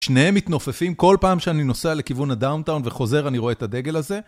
שניהם מתנופפים כל פעם שאני נוסע לכיוון הדאונטאון וחוזר אני רואה את הדגל הזה.